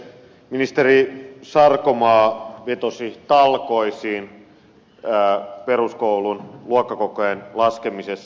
ministeri sarkomaa vetosi talkoisiin peruskoulun luokkakokojen laskemisessa